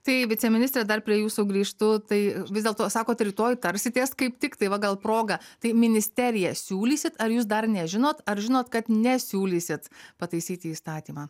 tai viceministre dar prie jūsų grįžtu tai vis dėlto sakot rytoj tarsitės kaip tiktai va gal proga tai ministerija siūlysit ar jūs dar nežinot ar žinot kad nesiūlysit pataisyti įstatymą